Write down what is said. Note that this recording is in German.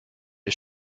ist